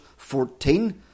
14